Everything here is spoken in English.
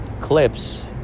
clips